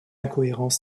incohérence